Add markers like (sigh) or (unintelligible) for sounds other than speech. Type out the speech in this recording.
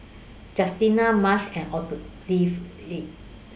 Justina Marsh and (unintelligible)